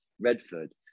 redford